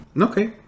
Okay